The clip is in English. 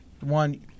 one